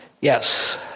Yes